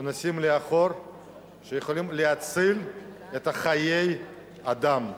שכשנוסעים לאחור יכולים להציל חיי אדם.